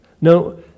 No